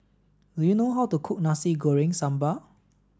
do you know how to cook Nasi Goreng Sambal